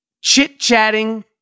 chit-chatting